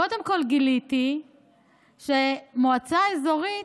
קודם כול גיליתי שמועצה אזורית,